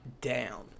down